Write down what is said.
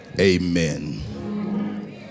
amen